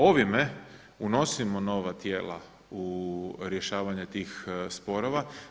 Ovime unosimo nova tijela u rješavanje tih sporova.